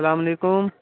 السلام علیکم